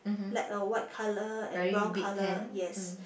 like a white colour and brown colour yes